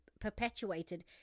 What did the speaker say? perpetuated